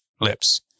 lips